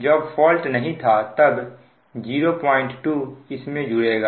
जब फॉल्ट नहीं था तब 0 2 इसमें जुड़ेगा